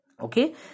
Okay